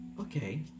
Okay